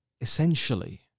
essentially